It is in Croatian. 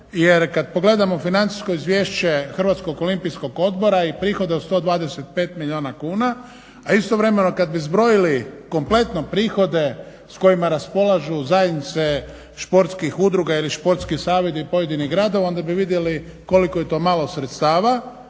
Jer kad pogledamo financijsko izvješće Hrvatskog olimpijskog odbora i prihode od 125 milijuna kuna, a istovremeno kad bi zbrojili kompletno prihode s kojima raspolažu zajednice športskih udruga ili športski savezi pojedinih gradova onda bi vidjeli koliko je to malo sredstva,